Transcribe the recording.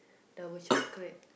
double chocolate